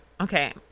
okay